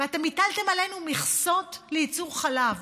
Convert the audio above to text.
ואתם הטלתם עלינו מכסות לייצור חלב.